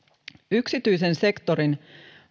yksityisen sektorin